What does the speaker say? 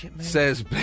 Says